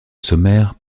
sommaire